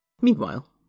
Meanwhile